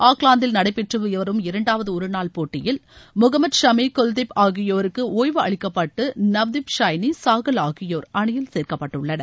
ஆக்லாந்தில் நடைபெறும் இரண்டாவது ஒருநாள் போட்டியில் முகமது ஷமி குல்தீப் ஆகியோருக்கு ஓய்வு அளிக்கப்பட்டு நவ்தீப் ஷைனி சாகல் ஆகியோர் அணியில் சேர்க்கப்பட்டுள்ளனர்